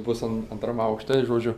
bus an antram aukšte i žodžiu